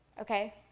okay